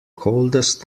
coldest